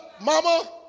mama